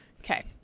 Okay